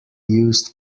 used